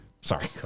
Sorry